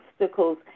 obstacles